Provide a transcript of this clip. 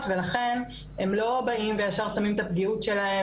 ולכן הם לא באים וישר שמים את הפגיעות שלהם,